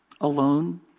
alone